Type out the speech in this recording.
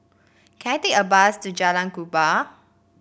can I take a bus to Jalan Kupang